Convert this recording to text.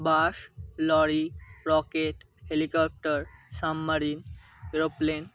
bus lorry rocket helicopter submarine aeroplane